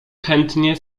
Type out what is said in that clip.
chętnie